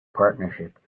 partnership